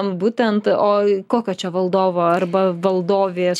būtent o kokio čia valdovo arba valdovės